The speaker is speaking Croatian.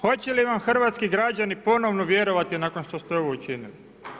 Hoće li vam hrvatski građani ponovno vjerovati nakon što ste ovo učinili?